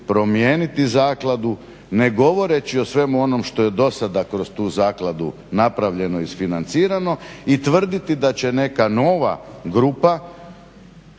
promijeniti zakladu ne govoreći o svemu onom što je dosada kroz tu zakladu napravljeno i isfinancirano i tvrditi da će neka nova grupa